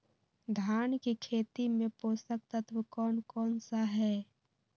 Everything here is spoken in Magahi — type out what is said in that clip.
धान की खेती में पोषक तत्व कौन कौन सा है?